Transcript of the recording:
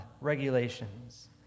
regulations